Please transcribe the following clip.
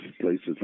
places